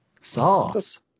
sauce